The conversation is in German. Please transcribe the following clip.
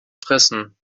fressen